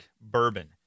Bourbon